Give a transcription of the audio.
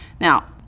Now